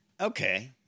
Okay